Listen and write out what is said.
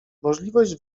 możliwość